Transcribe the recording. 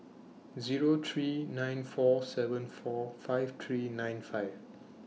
Zero three nine four seven four five three nine five